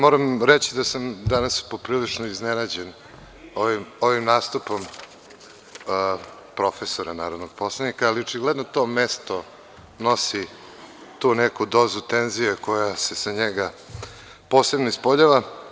Moram reći da sam danas poprilično iznenađen ovim nastupom profesora, narodnog poslanika, ali očigledno to mesto nosi tu neku dozu tenzije koja se sa njega posebno ispoljava.